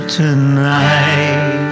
tonight